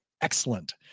Excellent